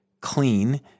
clean